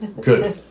good